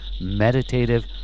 meditative